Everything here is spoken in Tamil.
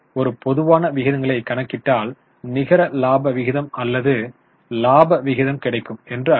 ஒரு பொதுவான விகிதங்களை கணக்கிட்டால் நிகர லாப விகிதம் அல்லது லாப விகிதம் கிடைக்கும் என்று அர்த்தம்